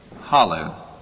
hollow